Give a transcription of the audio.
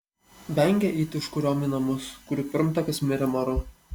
vengė eiti užkuriom į namus kurių pirmtakas mirė maru